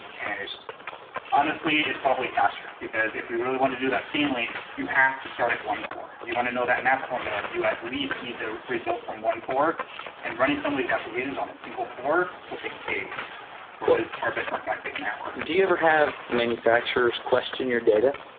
and honestly it's probably faster because if we really want to do that scaling, you have to start at one core. you want to know that math formula, you at least need the result from one core and running some of these applications on a single core will take days whereas our benchmark might take an hour. do you ever have manufacturers question your data?